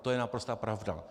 To je naprostá pravda.